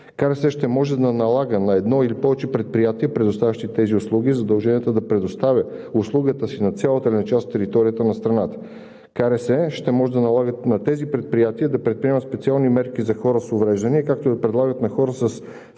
ще може да налага на едно или повече предприятия, предоставящи тези услуги, задълженията да предоставят услугата си на цялата или на част от територията на страната. Комисията за регулиране на съобщенията ще може да налага на тези предприятия да предприемат специални мерки за хора с увреждания, както и да предлагат на хора със